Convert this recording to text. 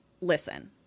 listen